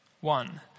One